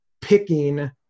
picking